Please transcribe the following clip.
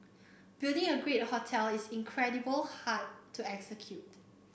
building a great hotel is incredibly hard to execute